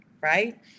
right